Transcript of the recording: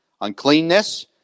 uncleanness